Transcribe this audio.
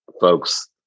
Folks